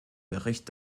bericht